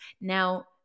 Now